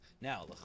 Now